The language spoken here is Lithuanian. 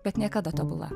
bet niekada tobula